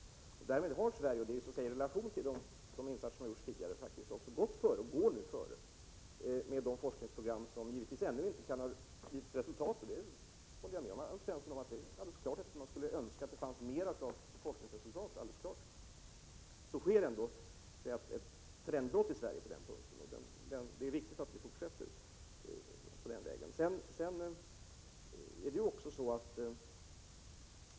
Därmed har Sverige, i relation till de insatser som har gjorts tidigare, gått före och går även nu före med forskningsprogram, som givetvis ännu inte har gett resultat. Jag håller med Alf Svensson om att det är önskvärt att det fanns mera när det gäller forskningsresultat. Det har i alla fall skett ett trendbrott på den punkten i Sverige, och det är viktigt att fortsätta på den vägen.